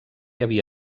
havia